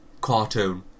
cartoon